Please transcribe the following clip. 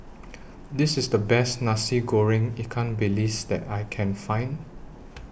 This IS The Best Nasi Goreng Ikan Bilis that I Can Find